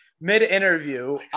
mid-interview